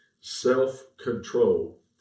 self-control